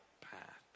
path